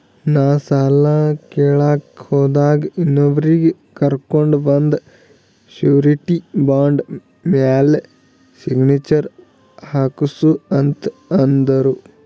ನಾ ಸಾಲ ಕೇಳಲಾಕ್ ಹೋದಾಗ ಇನ್ನೊಬ್ರಿಗಿ ಕರ್ಕೊಂಡ್ ಬಂದು ಶೂರಿಟಿ ಬಾಂಡ್ ಮ್ಯಾಲ್ ಸಿಗ್ನೇಚರ್ ಹಾಕ್ಸೂ ಅಂತ್ ಅಂದುರ್